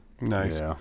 Nice